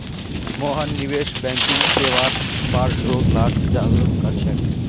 मोहन निवेश बैंकिंग सेवार बार लोग लाक जागरूक कर छेक